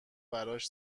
براش